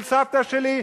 של סבתא שלי,